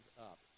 up